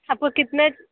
आपको कितने